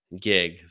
gig